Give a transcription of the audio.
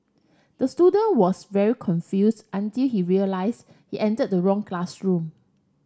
the student was very confused until he realised he entered the wrong classroom